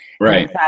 Right